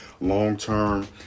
long-term